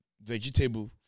vegetable